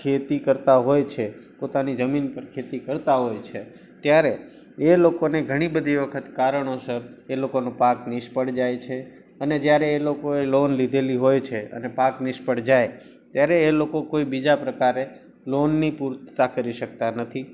ખેતી કરતાં હોય છે પોતાની જમીન પર ખેતી કરતાં હોય છે ત્યારે એ લોકોને ઘણી બધી વખત કારણોસર એ લોકોનો પાક નિષ્ફળ જાય છે અને જયારે એ લોકોએ લોન લીધેલી હોય છે અને પાક નિષ્ફળ જાય ત્યારે એ લોકો કોઇ બીજા પ્રકારે લોનની પૂર્તતા કરી શકતાં નથી